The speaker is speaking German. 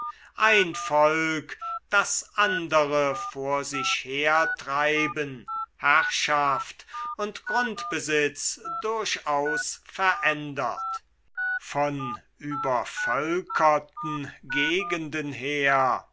ein volk das andere vor sich hertreiben herrschaft und grundbesitz durchaus verändert von übervölkerten gegenden her